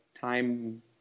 time